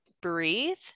breathe